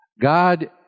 God